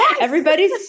Everybody's